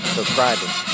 subscribing